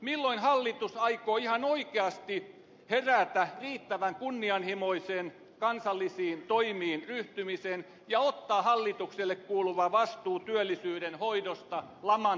milloin hallitus aikoo ihan oikeasti herätä riittävän kunnianhimoisiin kansallisiin toimiin ryhtymiseen ja ottaa hallitukselle kuuluvan vastuun työllisyyden hoidosta laman torjumiseksi